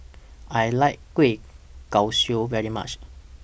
I like Kueh Kosui very much